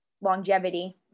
longevity